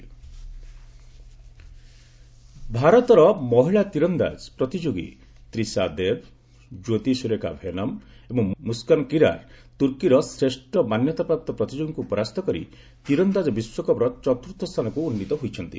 archery women team ଭାରତର ମହିଳା ତୀରନ୍ଦାଙ୍କ ପ୍ରତିଯୋଗୀ ତ୍ରିଶା ଦେବ ଜ୍ୟୋତି ସୁରେଖା ଭେନମ୍ ଏବଂ ମୁସକାନ୍ କିରାର ତୁର୍କୀର ଶ୍ରେଷ ମାନ୍ୟତାପ୍ରାପ୍ତ ପ୍ରତିଯୋଗୀଙ୍କୁ ପରାସ୍ତ କରି ତୀରନ୍ଦାକ ବିଶ୍ୱକପ୍ର ଚତୁର୍ଥ ସ୍ଥାନକୁ ଉନ୍ନିତ ହୋଇଛନ୍ତି